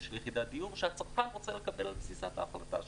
של יחידת דיור שהצרכן רוצה לקבל על תפיסת ההחלטה שלו.